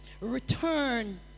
Return